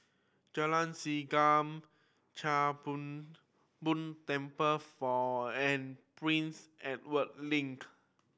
Jalan Segam Chia Hung Boo Temple for and Prince Edward Link